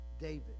David